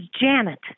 Janet